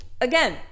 again